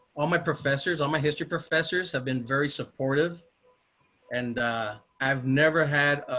all my professors on my history professors have been very supportive and i've never had.